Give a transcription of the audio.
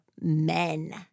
men